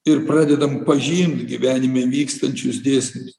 ir pradedam pažint gyvenime vykstančius dėsnius